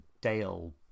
Dale